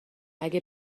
اگه